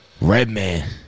Redman